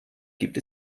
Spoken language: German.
gibt